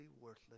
worthless